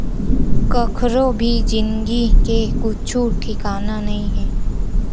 कखरो भी जिनगी के कुछु ठिकाना नइ हे